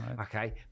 Okay